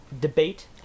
debate